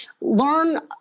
learn